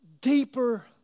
deeper